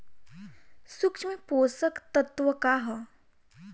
सूक्ष्म पोषक तत्व का ह?